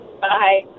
Bye